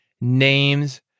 names